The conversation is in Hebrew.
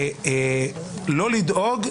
לא לדאוג,